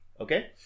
Okay